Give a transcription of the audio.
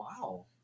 Wow